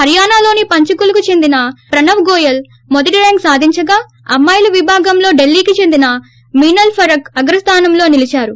హర్యానాలోని పంచకులకు చెందిన ప్రణవ్ గోయల్ మొదటి ర్యాంకు సాధించగా అమ్మాయిల విభాగంలో దిల్లీకి చెందిన మీనల్ పరఖ్ అగ్రస్లానంలో నిలిచారు